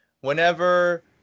whenever